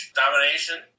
domination